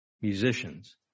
musicians